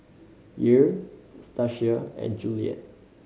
Yair Stasia and Juliet